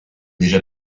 déjà